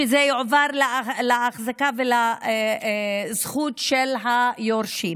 שזה יועבר להחזקה ולזכות של היורשים.